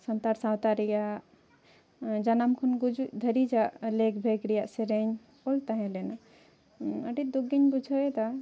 ᱥᱟᱛᱟᱲ ᱥᱟᱶᱛᱟ ᱨᱮᱭᱟᱜ ᱡᱟᱱᱟᱢ ᱠᱷᱚᱱ ᱜᱩᱡᱩᱜ ᱫᱷᱟᱹᱨᱤᱡᱟᱜ ᱞᱮᱠ ᱵᱷᱮᱜᱽ ᱨᱮᱭᱟᱜ ᱥᱮᱨᱮᱧ ᱚᱞ ᱛᱟᱦᱮᱸ ᱞᱮᱱᱟ ᱟᱹᱰᱤ ᱫᱩᱠᱜᱤᱧ ᱵᱩᱡᱷᱟᱹᱣᱮᱫᱟ